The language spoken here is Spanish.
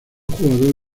jugador